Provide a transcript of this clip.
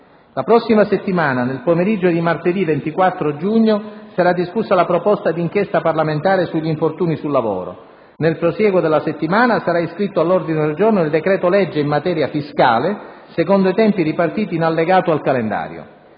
La prossima settimana, nel pomeriggio di martedì 24 giugno, sarà discussa la proposta d'inchiesta parlamentare sugli infortuni sul lavoro. Nel prosieguo della settimana, sarà iscritto all'ordine del giorno il decreto-legge in materia fiscale secondo i tempi ripartiti in allegato al calendario.